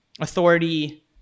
authority